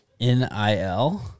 Nil